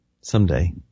Someday